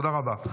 תודה רבה.